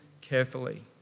carefully